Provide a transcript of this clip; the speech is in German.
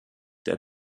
der